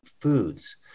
foods